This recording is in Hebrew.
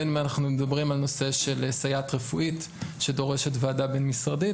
בין אם אנחנו מדברים על נושא של סייעת רפואית שדורשת ועדה בין-משרדית,